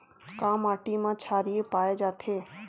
का माटी मा क्षारीय पाए जाथे?